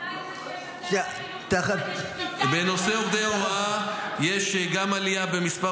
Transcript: --- גם בנושא עובדי הוראה יש עלייה במספר